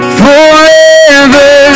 forever